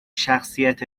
شخصیت